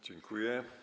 Dziękuję.